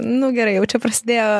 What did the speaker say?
nu gerai jau čia prasidėjo